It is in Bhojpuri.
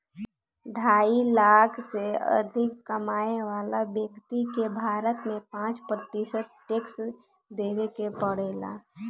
ढाई लाख से अधिक कमाए वाला व्यक्ति के भारत में पाँच प्रतिशत टैक्स देवे के पड़ेला